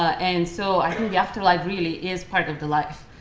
and so i think the afterlife really is part of the life.